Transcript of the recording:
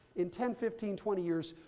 in ten, fifteen, twenty years,